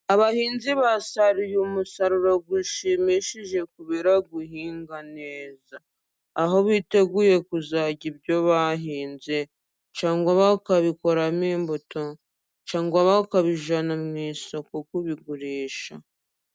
Abahinzi basaruye umusaruro ushimishije kubera guhinga neza, aho biteguye kuzarya ibyo bahinze cyangwa bakabikoramo imbuto, cyangwa bakabijyana mu isoko kubigurisha.